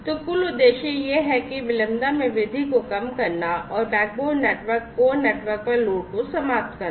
तो कुल उद्देश्य यह है कि विलंबता में वृद्धि को कम करना और बैकबोन नेटवर्क कोर नेटवर्क पर लोड को समाप्त करना